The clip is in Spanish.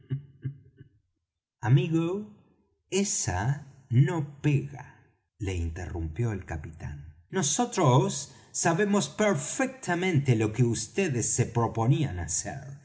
amigo esa no pega le interrumpió el capitán nosotros sabemos perfectamente lo que vds se proponían hacer